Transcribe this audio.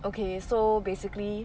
okay so basically